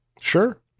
Sure